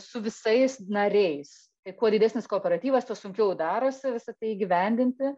su visais nariais tai kuo didesnis kooperatyvas tuo sunkiau darosi visa tai įgyvendinti